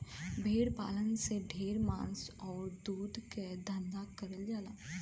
भेड़ पालन से ढेर मांस आउर दूध के धंधा करल जाला